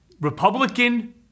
Republican